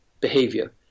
behavior